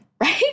right